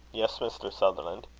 yes, mr. sutherland.